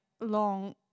long